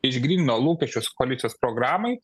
išgrynino lūkesčius koalicijos programai